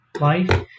life